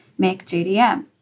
MakeJDM